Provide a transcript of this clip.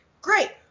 Great